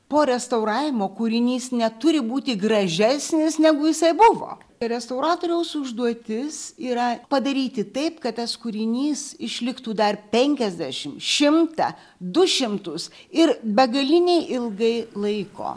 po restauravimo kūrinys neturi būti gražesnis negu jisai buvo restauratoriaus užduotis yra padaryti taip kad tas kūrinys išliktų dar penkiasdešim šimtą du šimtus ir begaliniai ilgai laiko